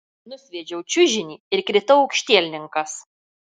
nusviedžiau čiužinį ir kritau aukštielninkas